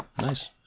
Nice